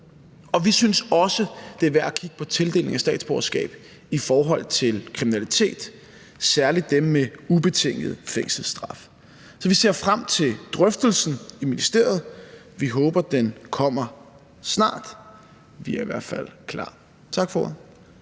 Vi synes også, det er værd at kigge på tildelingen af statsborgerskab til kriminelle, særlig dem med ubetingede fængselsstraffe. Så vi ser frem til drøftelsen i ministeriet. Vi håber, den kommer snart. Vi er i hvert fald klar. Tak for